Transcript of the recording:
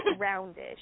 roundish